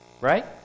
right